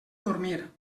dormir